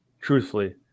Truthfully